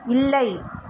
இல்லை